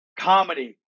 Comedy